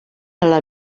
ala